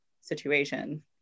situation